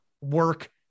work